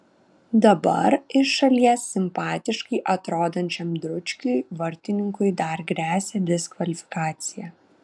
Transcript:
dabar iš šalies simpatiškai atrodančiam dručkiui vartininkui dar gresia diskvalifikacija